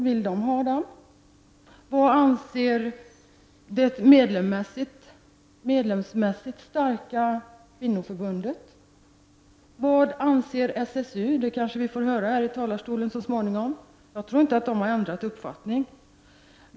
Vad anser det medlemsmässigt starka kvinnoförbundet? Vad anser SSU? Det kanske vi får höra i talarstolen så småningom. Jag tror inte att de har ändrat uppfattning.